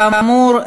כאמור,